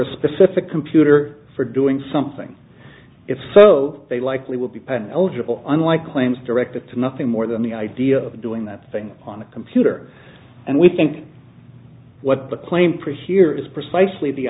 a specific computer for doing something it's so they likely would be putting eligible unlike claims directed to nothing more than the idea of doing that thing on a computer and we think what the claim for here is precisely the